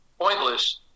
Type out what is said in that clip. pointless